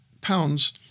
pounds